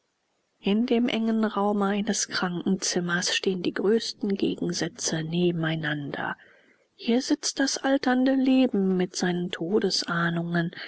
in dem engen raume eines krankenzimmers stehen die größten gegensätze nebeneinander hier sitzt das alternde leben mit seinen todesahnungen